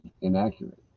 inaccurate